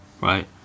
right